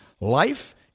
Life